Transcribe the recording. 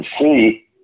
see